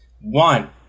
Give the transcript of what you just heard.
One